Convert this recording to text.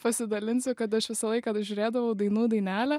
pasidalinsiu kad aš visą laiką žiūrėdavau dainų dainelę